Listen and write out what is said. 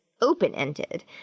open-ended